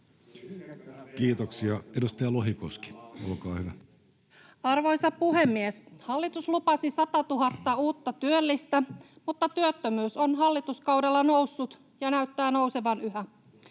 vuodelle 2025 Time: 13:25 Content: Arvoisa puhemies! Hallitus lupasi 100 000 uutta työllistä, mutta työttömyys on hallituskaudella noussut ja näyttää nousevan yhä.